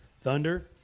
Thunder